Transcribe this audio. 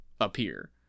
appear